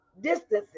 distances